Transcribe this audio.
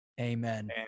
Amen